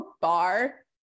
bar